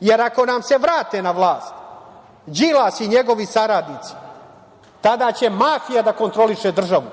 Jer ako nam se vrate na vlast Đilas i njegovi saradnici, tada će mafija da kontroliše državu.